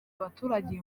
abaturage